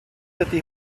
ydy